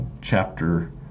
Chapter